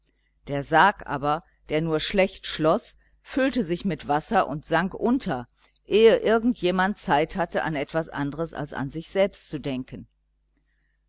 der sarg aber der nur schlecht schloß füllte sich mit wasser und sank unter ehe irgend jemand zeit hatte an etwas andres als an sich selbst zu denken